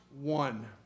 one